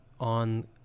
on